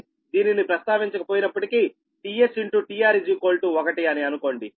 దీనిని ప్రస్తావించక పోయినప్పటికీ tS tR 1 అని అనుకోండి